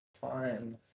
Fine